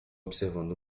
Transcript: observando